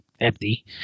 empty